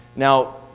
Now